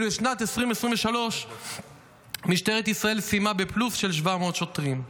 ואילו את שנת 2023 משטרת ישראל סיימה בפלוס של 700 שוטרים.